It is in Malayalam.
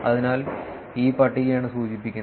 അതിനാൽ ഈ പട്ടികയാണ് സൂചിപ്പിക്കുന്നത്